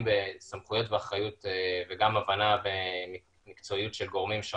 בסמכויות ואחריות וגם הבנה ומקצועיות של גורמים שונים,